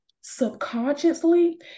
subconsciously